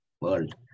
world